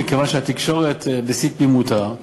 מכיוון שהתקשורת בשיא תמימותה האמינה,